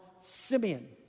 Simeon